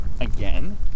again